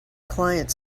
client